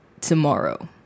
tomorrow